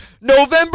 November